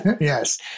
Yes